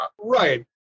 right